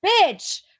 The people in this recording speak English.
bitch